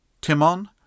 Timon